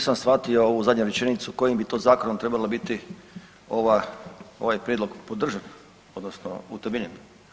Nisam shvatio ovu zadnju rečenicu kojim bi to zakonom trebala biti ova, ovaj prijedlog podržan odnosno utemeljen.